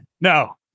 No